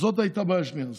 זו הייתה הבעיה השנייה.